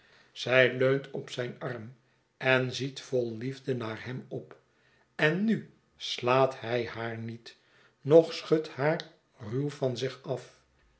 zij leunt op zijn arm en ziet vol liefde naar hem op en nu slaat hij haar niet noch schudt haar ruw van zich af